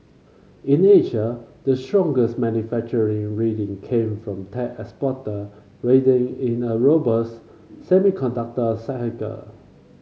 in Asia the strongest manufacturing reading came from tech exporter riding in a robust semiconductor cycle